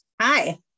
Hi